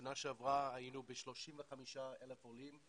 בשנה שעברה היינו ב-35,000 עולים,